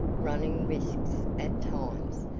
running risks at times,